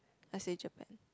I say Japan